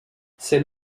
ces